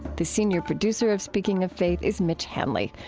the senior producer of speaking of faith is mitch hanley,